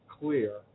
clear